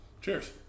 Cheers